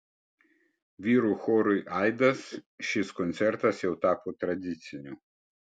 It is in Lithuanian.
vyrų chorui aidas šis koncertas jau tapo tradiciniu